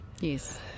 Yes